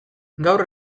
gaur